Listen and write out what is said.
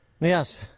Yes